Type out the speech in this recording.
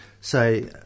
say